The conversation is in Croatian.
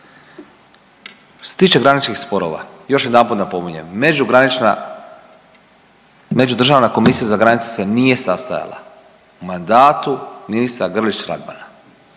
Što se tiče graničkih sporova, još jedanput napominjem, međugranična, međudržavna komisija za granice se nije sastajala u mandatu ministra Grlić Radmana.